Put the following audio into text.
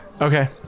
Okay